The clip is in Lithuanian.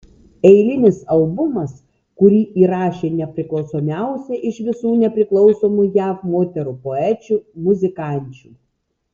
eilinis albumas kurį įrašė nepriklausomiausia iš visų nepriklausomų jav moterų poečių muzikančių